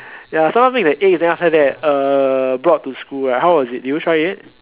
ya someone make the eggs then after that uh brought to school right how was it did you try it